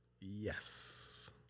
Yes